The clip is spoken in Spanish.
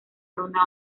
ronda